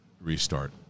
restart